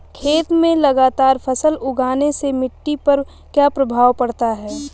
खेत में लगातार फसल उगाने से मिट्टी पर क्या प्रभाव पड़ता है?